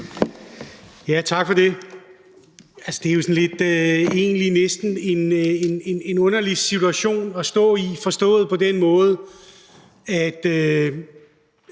Tak for det. Altså, det er egentlig sådan en underlig situation at stå i, forstået på den måde, at